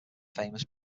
famous